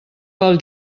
pel